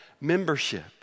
membership